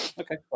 okay